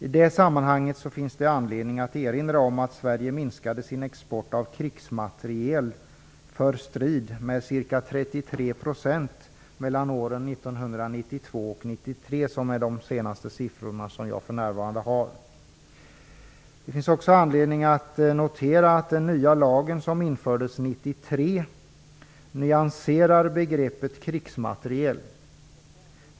I det sammanhanget finns det anledning att erinra om att Sverige minskade sin export av krigsmateriel för strid med ca 33 % mellan åren 1992 och 1993. Det är den senaste siffran som jag för närvarande har. Det finns också anledning att notera att den nya lagen som infördes år 1993 nyanserar begreppet krigsmateriel.